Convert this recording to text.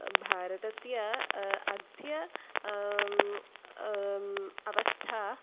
भारतस्य अद्य अवस्था